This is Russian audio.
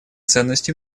ценность